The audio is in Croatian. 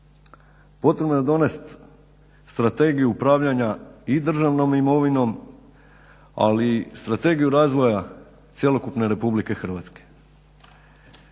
potrebno je donest strategiju upravljanja i državnom imovinom, ali i strategiju razvoja cjelokupne RH. Evidentno